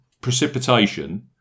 precipitation